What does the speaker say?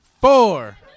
Four